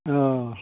अ